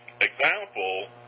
example